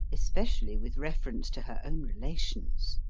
especially with reference to her own relations.